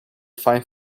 find